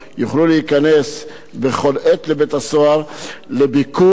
יוכלו להיכנס בכל עת לבית-הסוהר לביקור,